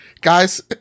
Guys